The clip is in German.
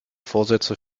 vorsätze